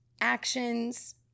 actions